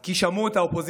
כי שמעו את האופוזיציה,